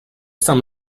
some